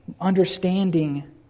understanding